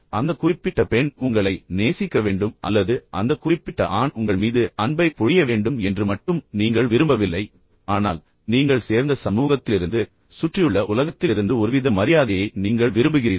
அந்த குறிப்பிட்ட பெண் உங்களை நேசிக்க வேண்டும் அல்லது அந்த குறிப்பிட்ட ஆண் உங்கள் மீது அன்பைப் பொழிய வேண்டும் என்று மட்டும் மட்டும் நீங்கள் விரும்பவில்லை ஆனால் நீங்கள் சேர்ந்த சமூகத்திலிருந்து உங்களைச் சுற்றியுள்ள உலகத்திலிருந்து ஒருவித மரியாதையை நீங்கள் விரும்புகிறீர்கள்